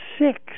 six